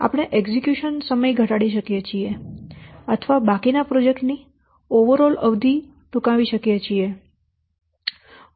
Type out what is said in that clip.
આપણે એક્ઝેક્યુશન નો સમય ઘટાડી શકીએ છીએ અથવા બાકીના પ્રોજેક્ટ ની એકંદર અવધિ ટૂંકાવી શકીએ છીએ